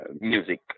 music